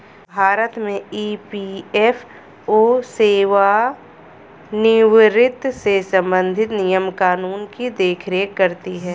भारत में ई.पी.एफ.ओ सेवानिवृत्त से संबंधित नियम कानून की देख रेख करती हैं